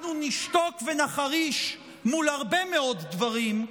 אנחנו נשתוק ונחריש מול הרבה מאוד דברים,